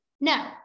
No